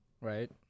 Right